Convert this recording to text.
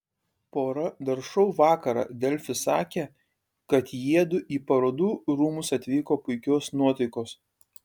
pora dar šou vakarą delfi sakė kad jiedu į parodų rūmus atvyko puikios nuotaikos